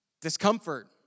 discomfort